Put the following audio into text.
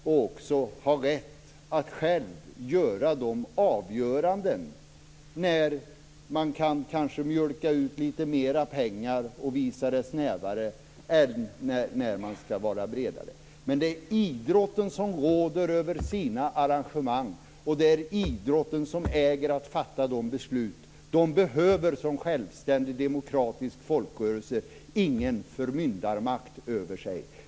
Man skall även ha rätt att själv avgöra när man kanske kan mjölka ut lite mer pengar och visa arrangemang snävare, och när det skall visas bredare. Det är idrotten som råder över sina arrangemang, och det är idrotten som äger att fatta de beslut man behöver som självständig demokratisk folkrörelse. Idrotten skall inte ha någon förmyndarmakt över sig.